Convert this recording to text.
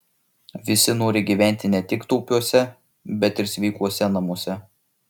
visi nori gyventi ne tik taupiuose bet ir sveikuose namuose